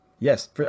Yes